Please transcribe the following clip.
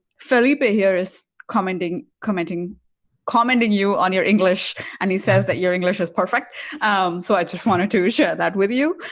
felipe ah here is commenting commenting commenting you on your english and he says that your english is perfect so i just wanted to share that with you